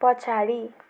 पछाडि